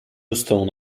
stone